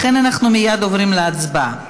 לכן אנחנו מייד עוברים להצבעה.